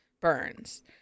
burns